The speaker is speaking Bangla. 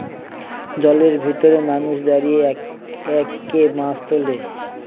জলের ভেতরে মানুষ দাঁড়িয়ে একে একে মাছ তোলে